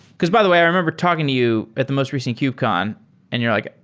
because by the way, i remember talking to you at the most recent kubcon and you're like,